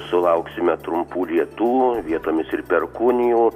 sulauksime trumpų lietų vietomis ir perkūnijų